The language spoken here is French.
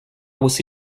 aussi